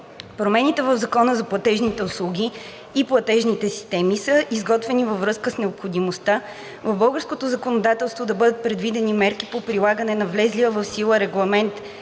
Промените в Закона за платежните услуги и платежните системи са изготвени във връзка с необходимостта в българското законодателство да бъдат предвидени мерки по прилагане на влезлия в сила Регламент